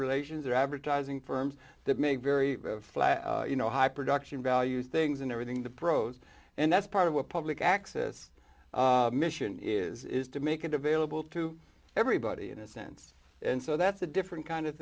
relations or advertising firms that make very you know high production values things and everything the pros and that's part of what public access mission is is to make it available to everybody in a sense and so that's a different kind of